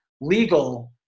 legal –